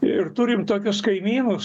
ir turim tokius kaimynus